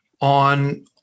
on